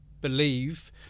believe